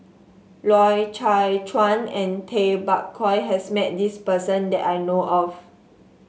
Loy Chye Chuan and Tay Bak Koi has met this person that I know of